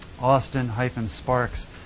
Austin-Sparks